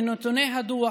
מנתוני הדוח,